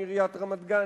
עיריית רמת-גן,